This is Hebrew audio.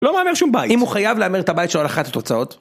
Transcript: לא מהמר שום בית. אם הוא חייב להמר את הבית שלו על אחת התוצאות?